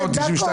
בכנסת,